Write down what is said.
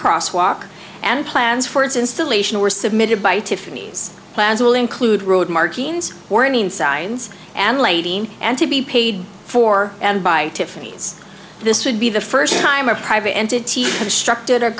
cross walk and plans for its installation were submitted by tiffany's plans will include road markings warning signs and lighting and to be paid for by tiffany's this would be the first time a private entity constructed